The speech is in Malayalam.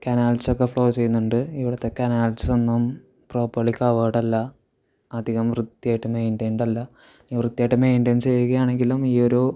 കനാൽസ് ഒക്കെ ഫ്ലോ ചെയ്യുന്നുണ്ട് ഇവിടുത്തെ കനാൽസ് ഒന്നും പ്രോപ്പർലി കവേർഡ് അല്ല അധികം വൃത്തിയായിട്ട് മെയിൻറെയിൻഡ് അല്ല അല്ല ഇനി വൃത്തിയായിട്ട് മെയിൻറെയിൻ ചെയ്യുകയാണെങ്കിലും ഈ ഒരു